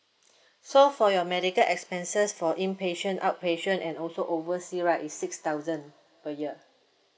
so for your medical expenses for inpatient outpatient and also oversea right is six thousand per year